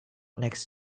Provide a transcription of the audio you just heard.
next